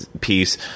piece